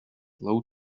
low